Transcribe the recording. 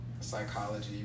psychology